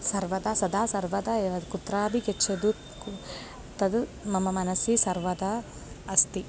सर्वदा सदा सर्वदा एव कुत्रापि गच्छतु तत् मम मनसि सर्वदा अस्ति